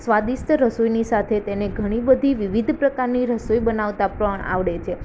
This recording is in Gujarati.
સ્વાદિષ્ટ રસોઇની સાથે તેને ઘણી બધી વિવિધ પ્રકારની રસોઇ બનાવતાં પણ આવડે છે